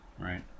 Right